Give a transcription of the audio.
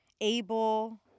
able